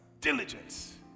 Diligence